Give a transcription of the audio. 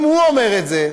אם הוא אומר את זה,